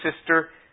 sister